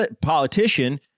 politician